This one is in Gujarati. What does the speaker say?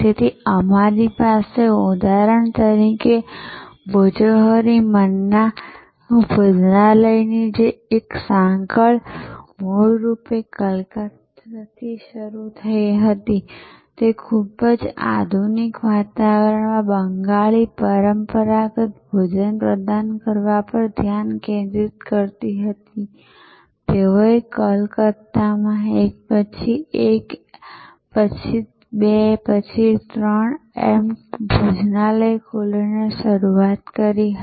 તેથી અમારી પાસે ઉદાહરણ તરીકે ભોજોહોરી મન્ના ભોજનાલયની જે એક સાંકળ મૂળ રૂપે કલકત્તામાં શરૂ થઈ હતી જે ખૂબ જ આધુનિક વાતાવરણમાં બંગાળી પરંપરાગત ભોજન પ્રદાન કરવા પર ધ્યાન કેન્દ્રિત કરતી હતી તેઓએ કલકત્તામાં એક પછી બે પછી ત્રણ ભોજનલય ખોલીને શરૂઆત કરી હતી